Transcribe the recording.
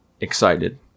excited